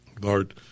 Lord